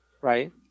Right